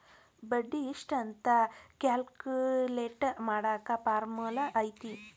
ಬಡ್ಡಿ ಎಷ್ಟ್ ಅಂತ ಕ್ಯಾಲ್ಕುಲೆಟ್ ಮಾಡಾಕ ಫಾರ್ಮುಲಾ ಐತಿ